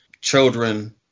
children